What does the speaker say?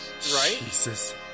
Jesus